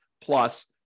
plus